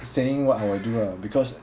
saying what I will do ah because